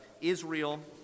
Israel